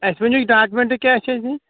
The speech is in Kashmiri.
اَسہِ ؤنِو ڈاکومینٛٹ کیٛاہ چھِ اَسہِ دِنۍ